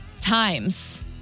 times